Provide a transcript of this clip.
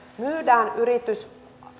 myydään yritys